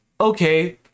Okay